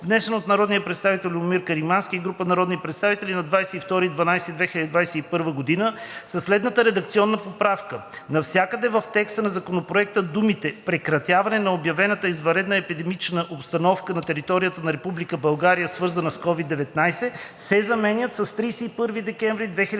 внесен от народния представител Любомир Каримански и група народни представители на 22 декември 2021 г., със следната редакционна поправка: навсякъде в текста на Законопроекта думите „прекратяване на обявената извънредна епидемична обстановка на територията на Република България, свързана с COVID-19“, се заменят с „31 декември